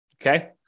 Okay